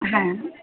হ্যাঁ